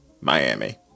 Miami